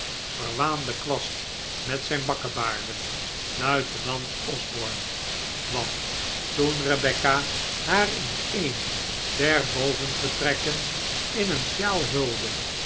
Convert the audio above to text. verwaanden kwast met zijn bakkebaarden luitenant osborne want toen rebecca haar in een der bovenvertrekken in een sjaal hulde